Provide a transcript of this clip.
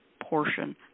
portion